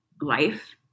life